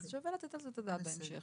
אז שווה לתת את זה את הדעת בהמשך